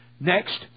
Next